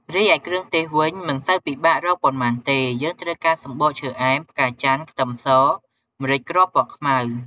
រីឯគ្រឿងទេសវិញមិនសូវជាពិបាករកប៉ុន្មានទេ យើងត្រូវការសំបកឈើអែម ផ្កាចន្ទន៍ ខ្ទឹមស ម្រេចគ្រាប់ពណ៌ខ្មៅ។